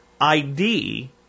ID